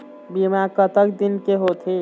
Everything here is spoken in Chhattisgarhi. बीमा कतक दिन के होते?